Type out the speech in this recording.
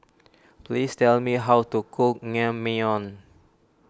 please tell me how to cook Naengmyeon